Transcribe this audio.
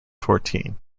fourteen